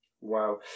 Wow